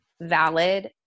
valid